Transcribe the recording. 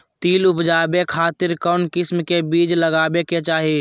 तिल उबजाबे खातिर कौन किस्म के बीज लगावे के चाही?